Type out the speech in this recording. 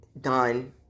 done